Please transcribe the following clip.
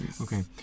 Okay